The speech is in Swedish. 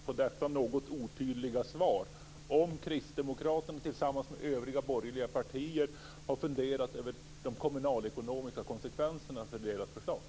Fru talman! Min följdfråga på detta något otydliga svar blir: Har Kristdemokraterna tillsammans med övriga borgerliga partier funderat över de kommunalekonomiska konsekvenserna av sitt förslag?